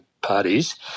parties